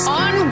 on